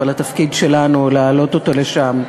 אבל התפקיד שלנו הוא להעלות אותו לשם,